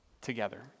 together